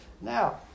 Now